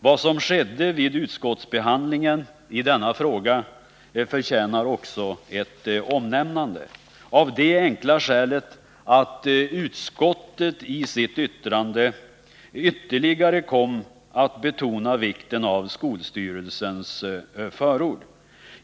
Vad som skedde vid utskottsbehandlingen i denna fråga förtjänar också ett omnämnande, av det enkla skälet att utskottet i sitt yttrande ytterligare kom att betona vikten av skolstyrelsens förord.